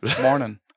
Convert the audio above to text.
Morning